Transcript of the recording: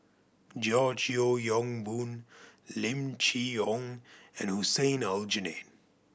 George Yeo Yong Boon Lim Chee Onn and Hussein Aljunied